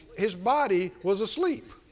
his body was asleep.